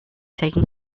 taken